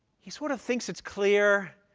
he sort of thinks it's clear,